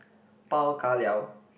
bao ka liao